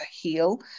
heal